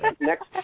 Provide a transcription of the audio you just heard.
next